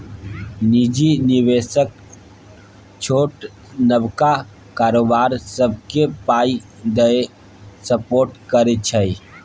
निजी निबेशक छोट नबका कारोबार सबकेँ पाइ दए सपोर्ट करै छै